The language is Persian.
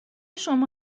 شما